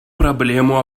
проблему